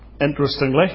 interestingly